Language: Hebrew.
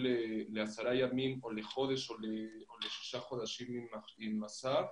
לעשרה ימים או לחודש או לשישה חודשים עם 'מסע',